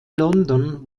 london